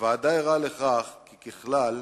הוועדה ערה לכך שככלל,